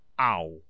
Ow